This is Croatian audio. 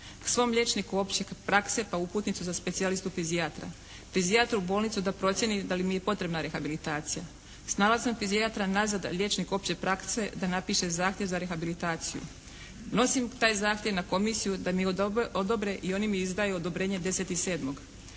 svojem liječniku opće prakse po uputnicu za specijalistu fizijatra. Fizijatru u bolnicu da procijeni da li mi je potrebna rehabilitacija. S nalazom fizijatra nazad liječniku opće prakse da napiše zahtjev za rehabilitaciju. Nosim taj zahtjev na komisiju da mi odobre i oni mi izdaju odobrenje 10.7.